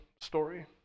story